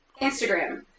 Instagram